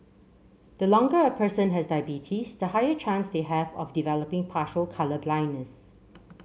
the longer a person has diabetes the higher chance they have of developing partial colour blindness